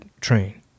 train